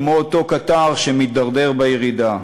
כמו אותו קטר שמידרדר בירידה.